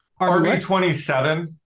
rb27